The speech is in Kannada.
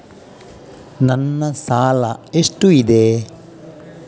ನನ್ನ ಸಾಲ ಎಷ್ಟು ಇದೆ?